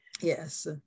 yes